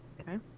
okay